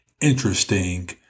interesting